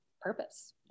purpose